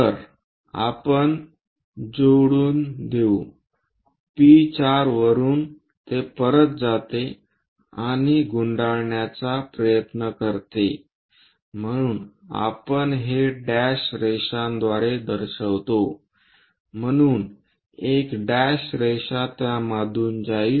तर आपण कनेक्ट करू P4 वरुन ते परत जाते आणि गुंडाळण्याचा प्रयत्न करते म्हणून आपण हे डॅश रेषाद्वारे दर्शवितो म्हणून एक डॅश रेषा त्यामधून जाईल